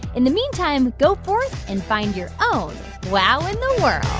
in the meantime, go forth and find your own wow in the world